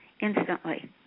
instantly